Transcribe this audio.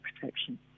protection